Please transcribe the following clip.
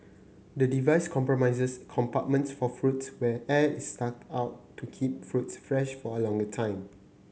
the device comprises compartments for fruits where air is sucked out to keep fruits fresh for a longer time